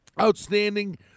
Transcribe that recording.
Outstanding